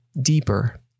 deeper